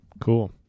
Cool